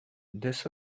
this